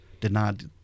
denied